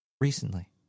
recently